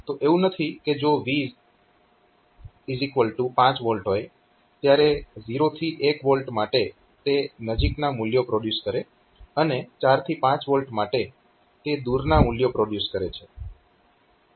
તો એવું નથી કે જો V5 V હોય ત્યારે 0 થી 1 V માટે તે નજીકના મૂલ્યો પ્રોડ્યુસ કરે અને 4 થી 5 V માટે તે દૂરના મૂલ્યો પ્રોડ્યુસ કરે છે